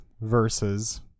versus